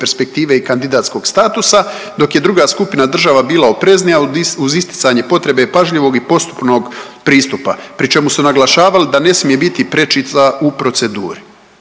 perspektive i kandidatskog statusa, dok je druga skupina država bila opreznija, uz isticanje potrebe pažljivog i postupnog pristupa, pri čemu su naglašavali da ne smije biti prečica u proceduri.